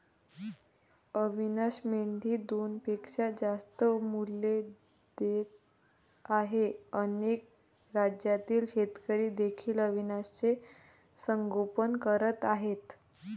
अविशान मेंढी दोनपेक्षा जास्त मुले देत आहे अनेक राज्यातील शेतकरी देखील अविशानचे संगोपन करत आहेत